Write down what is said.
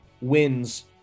wins –